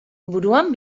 buruan